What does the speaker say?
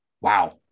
wow